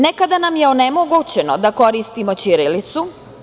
Nekada nam je onemogućeno da koristimo ćirilicu.